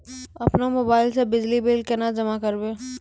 अपनो मोबाइल से बिजली बिल केना जमा करभै?